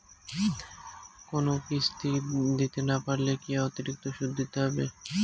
কোনো কিস্তি দিতে না পারলে কি অতিরিক্ত সুদ দিতে হবে?